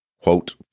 quote